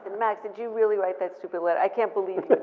max, did you really write that stupid letter? i can't believe